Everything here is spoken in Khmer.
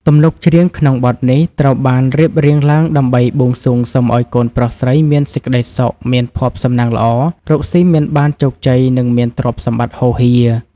ទំនុកច្រៀងក្នុងបទនេះត្រូវបានរៀបរៀងឡើងដើម្បីបួងសួងសុំឱ្យកូនប្រុសស្រីមានសេចក្តីសុខ មានភ័ព្វសំណាងល្អ រកស៊ីមានបានជោគជ័យ និងមានទ្រព្យសម្បត្តិហូរហៀរ។